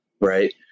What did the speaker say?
right